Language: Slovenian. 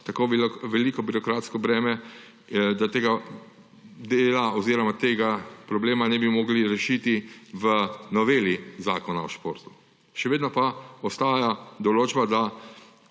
tako veliko birokratsko breme, da tega dela oziroma tega problema ni bi mogli rešiti v noveli Zakona o športu?! Še vedno pa ostaja določba, ki